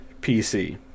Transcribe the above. PC